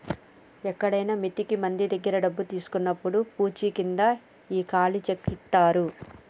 ఎక్కడైనా మిత్తికి మంది దగ్గర డబ్బు తీసుకున్నప్పుడు పూచీకింద ఈ ఖాళీ చెక్ ఇత్తారు